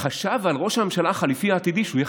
כדי להגיד: